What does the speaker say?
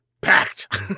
Packed